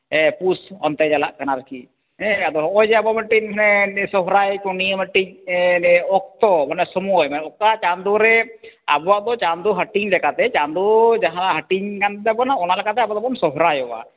ᱦᱮᱸ ᱯᱩᱥ ᱚᱱᱛᱮ ᱪᱟᱞᱟᱜ ᱠᱟᱱᱟ ᱟᱨᱠᱤ ᱦᱮᱸ ᱟᱫᱚ ᱦᱚᱸᱜᱼᱚᱭ ᱡᱮ ᱟᱵᱚ ᱢᱮᱫᱴᱮᱡ ᱥᱮᱦᱨᱟᱭ ᱠᱚ ᱱᱤᱭᱟᱹ ᱢᱤᱫᱴᱤᱡ ᱚᱠᱛᱚ ᱢᱟᱱᱮ ᱥᱚᱢᱚᱭ ᱢᱟᱱᱮ ᱚᱠᱟ ᱪᱟᱸᱫᱚ ᱨᱮ ᱟᱵᱚᱣᱟᱜ ᱫᱚ ᱪᱟᱸᱫᱚ ᱦᱟᱹᱴᱤᱧ ᱞᱮᱠᱟᱛᱮ ᱪᱟᱸᱫᱚ ᱡᱟᱦᱟᱸ ᱦᱟᱹᱴᱤᱧ ᱠᱟᱱ ᱛᱟᱵᱚᱱᱟ ᱚᱱᱟᱞᱮᱠᱟᱛᱮ ᱚᱱᱟ ᱞᱮᱠᱟᱛᱮ ᱟᱵᱚ ᱫᱚᱵᱚᱱ ᱥᱚᱦᱨᱟᱭᱚᱜᱼᱟ